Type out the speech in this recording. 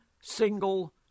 single